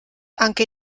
anche